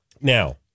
Now